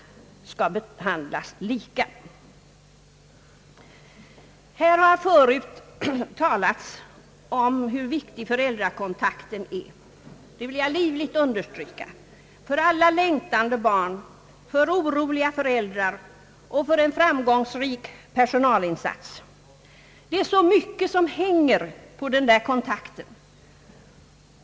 Här har förut talats om att föräldrakontakten är viktig. Det vill jag livligt understryka att den är — för alla längtande barn, för alla oroliga föräldrar och för en framgångsrik personalinsats. Alla sakkunniga är överens om det.